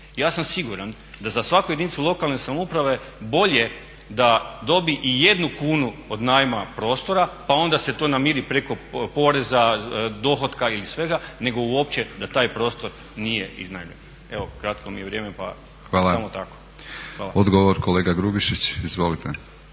Ja sam siguran da za svaku jedinicu lokalne samouprave je bolje da dobije ijednu kunu od najma prostora pa onda se to namiri preko poreza, dohotka i svega nego uopće da taj prostor nije iznajmljen. Evo kratko mi je vrijeme, pa samo toliko. **Batinić, Milorad (HNS)** Hvala. Odgovor, kolega Grubišić. Izvolite.